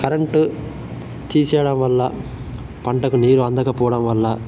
current తీసేయడం వల్ల పంటకు నీరు అందకపోడం వల్ల